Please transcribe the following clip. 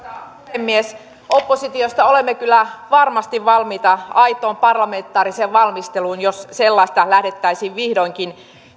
puhemies oppositiosta olemme kyllä varmasti valmiita aitoon parlamentaariseen valmisteluun jos sellaista lähdettäisiin vihdoinkin